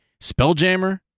Spelljammer